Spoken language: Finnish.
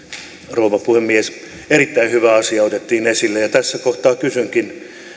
rouva puhemies erittäin hyvä asia otettiin esille ja tässä kohtaa kysynkin